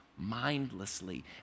mindlessly